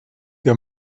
der